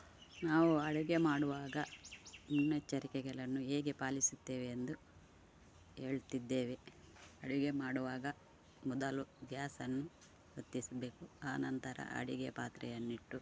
ನಾವು ಅಡುಗೆ ಮಾಡುವಾಗ ಮುನ್ನಚ್ಚರಿಕೆಗೆಳನ್ನು ಹೇಗೆ ಪಾಲಿಸುತ್ತೇವೆ ಎಂದು ಹೇಳ್ತಿದ್ದೇವೆ ಅಡುಗೆ ಮಾಡುವಾಗ ಮೊದಲು ಗ್ಯಾಸನ್ನು ಹೊತ್ತಿಸ್ಬೇಕು ಆನಂತರ ಅಡುಗೆ ಪಾತ್ರೆಯನ್ನಿಟ್ಟು